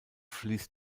fließt